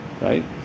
right